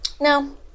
No